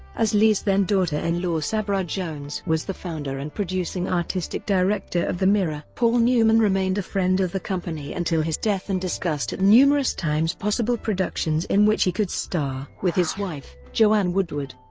as lee's then daughter-in-law sabra jones was the founder and producing artistic director of the mirror. paul newman remained a friend of the company until his death and discussed at numerous times possible productions in which he could star with his wife, joanne woodward.